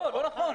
לא נכון.